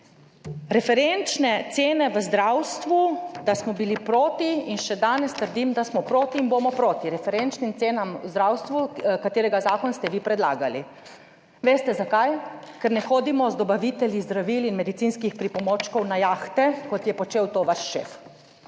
Referenčne cene v zdravstvu, da smo bili proti, in še danes trdim, da smo proti in bomo proti referenčnim cenam v zdravstvu, katerega zakon ste vi predlagali. Veste zakaj? Ker ne hodimo z dobavitelji zdravil in medicinskih pripomočkov na jahte kot je počel to vaš šef.